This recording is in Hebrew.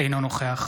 אינו נוכח